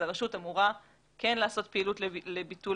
הרשות אמורה כן לעשות פעילות לביטול